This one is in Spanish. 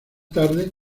tarde